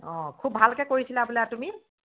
অঁ খুব ভালকৈ কৰিছিলা বোলে তুমি